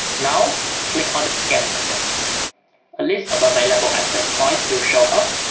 now click on the scan pop them a list of available i've set points will show up